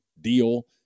deal